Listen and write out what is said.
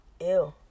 Ew